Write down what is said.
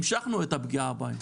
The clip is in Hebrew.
המשכנו את הפגיעה בהם.